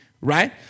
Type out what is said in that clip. right